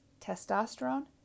testosterone